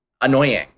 annoying